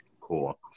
Cool